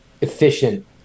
efficient